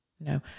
no